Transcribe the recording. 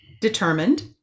determined